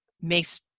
makes